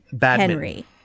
henry